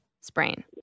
sprain